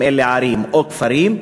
אם אלה ערים או כפרים,